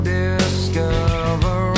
discover